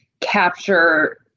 capture